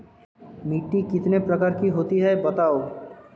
मिट्टी कितने प्रकार की होती हैं बताओ?